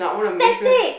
static